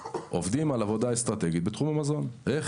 עובדים על עבודה אסטרטגית בתחום המזון איך